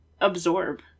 absorb